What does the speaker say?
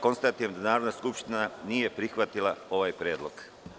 Konstatujem da Narodna skupština nije prihvatila ovaj predlog.